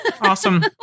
Awesome